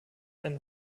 einen